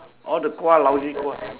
all the kuah lousy kuah